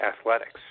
athletics